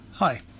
Hi